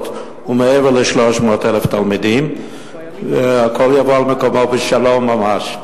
ומעבר ל-300,000 תלמידים והכול יבוא על מקומו בשלום ממש.